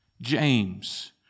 James